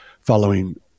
following